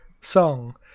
song